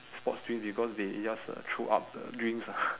sports drink because they just uh throw up the drinks ah